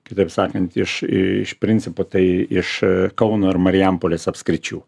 kitaip sakant iš iš principo tai iš kauno ir marijampolės apskričių